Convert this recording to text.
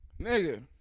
Nigga